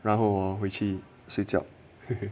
然后回去睡觉